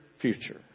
future